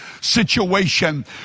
situation